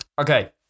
Okay